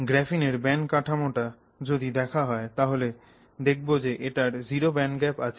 গ্রাফিনের ব্যান্ড কাঠামোটা যদি দেখা হয় তাহলে দেখবো যে এটার জিরো ব্যান্ড গ্যাপ আছে